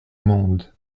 mende